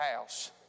house